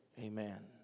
Amen